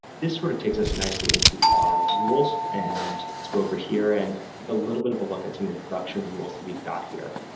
this would've sort of takes us nicely into our rules, and let's go over here and take a little bit of a look at some of the production rules that we've got here.